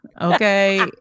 Okay